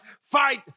fight